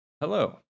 Hello